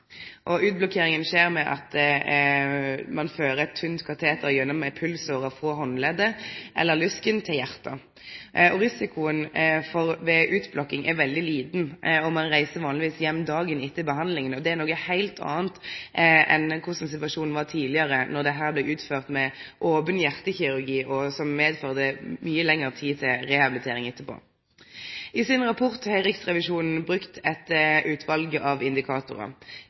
skjer ved at ein fører eit tynt kateter gjennom ei pulsåre frå handleddet eller lysken til hjartet. Risikoen ved utblokking er veldig liten, og ein reiser vanlegvis heim dagen etter behandlinga – og det er noko heilt anna enn sånn situasjonen var tidlegare, då dette blei utført med open hjartekirurgi, noko som førte til mykje lengre tid til rehabilitering etterpå. I rapporten sin har Riksrevisjonen brukt eit utval av indikatorar: